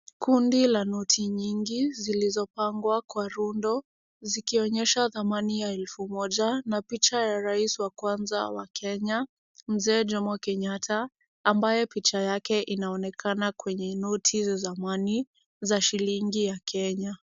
Kundi la noti nyingi zilizopangwa kwa rundo zikionyesha thamani ya elfu moja na picha ya rais wa kwanza wa Kenya Mzee Jomo Kenyatta, ambaye picha yake inaonekana kwenye noti za zamani za shilingi ya Kenya.